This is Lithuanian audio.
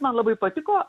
man labai patiko